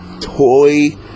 toy